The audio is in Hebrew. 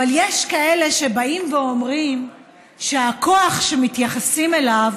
אבל יש כאלה שבאים ואומרים שהכוח שמתייחסים אליו